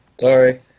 Sorry